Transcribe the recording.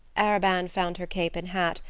arobin found her cape and hat,